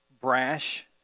brash